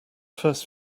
first